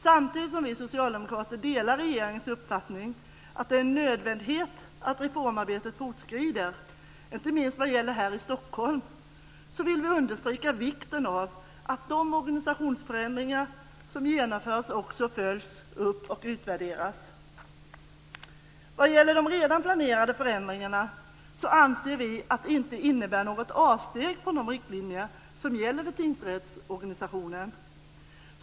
Samtidigt som vi socialdemokrater delar regeringens uppfattning att det är en nödvändighet att reformarbetet fortskrider, inte minst här i Stockholm, vill vi understryka vikten av att de organisationsförändringar som genomförs också följs upp och utvärderas. Vad gäller de redan planerade förändringarna anser vi att de inte innebär något avsteg från de riktlinjer som gäller för tingsrättsorganisationen.